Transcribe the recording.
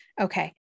Okay